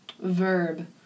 Verb